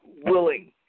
willing